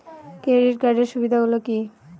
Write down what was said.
Credit কার্ডের সুবিধা গুলো কি?